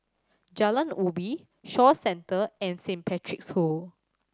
Jalan Ubi Shaw Center and Saint Patrick's School